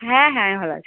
হ্যাঁ হ্যাঁ আমি ভালো আছি